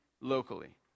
locally